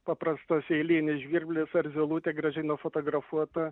paprastas eilinis žvirblis ar zylutė graži nufotografuota